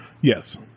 Yes